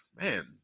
man